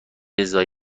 همینطور